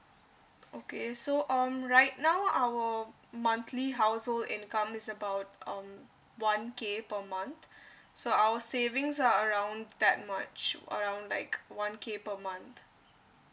okay so um right now our monthly household income is about um one K per month so our savings are around that much around like one K per month